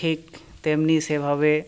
ঠিক তেমনি সেভাবে